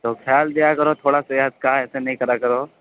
تو خیال کیا کرو تھوڑا صحت کا ایسے نہیں کرا کرو